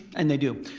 and they do,